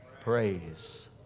Praise